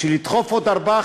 בשביל לדחוף עוד ארבעה,